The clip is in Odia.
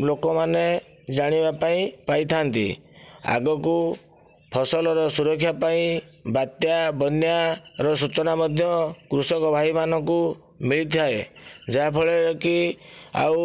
ଲୋକମାନେ ଜାଣିବାପାଇଁ ପାଇଥାନ୍ତି ଆଗକୁ ଫସଲର ସୁରକ୍ଷା ପାଇଁ ବାତ୍ୟା ବନ୍ୟାର ସୂଚନା ମଧ୍ୟ କୃଷକ ଭାଇ ମାନଙ୍କୁ ମିଳିଥାଏ ଯାହାଫଳରେ କି ଆଉ